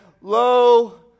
Lo